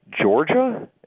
Georgia